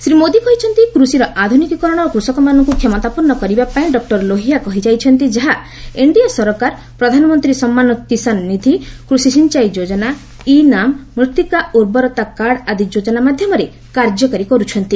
ଶ୍ରୀ ମୋଦି କହିଛନ୍ତି କୃଷିର ଆଧୁନିକୀକରଣ ଓ କୃଷକମାନଙ୍କୁ କ୍ଷମତାପନ୍ନ କରିବାପାଇଁ ଡକ୍ଟର ଲୋହିଆ କହିଯାଇଛନ୍ତି ଯାହା ଏନ୍ଡିଏ ସରକାର ପ୍ରଧାନମନ୍ତ୍ରୀ ସମ୍ମାନ କିଷାନ ନିଧି କୃଷି ସିଞ୍ଚାଇ ଯୋଜନା ଇ ନାମ୍ ମୂଭିକା ଉର୍ବରତା କାର୍ଡ଼ ଆଦି ଯୋଜନା ମାଧ୍ୟମରେ କାର୍ଯ୍ୟକାରୀ କରୁଛନ୍ତି